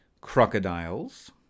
Crocodiles